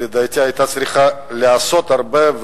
לדעתי היא היתה צריכה לעשות הרבה.